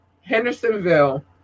Hendersonville